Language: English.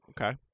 Okay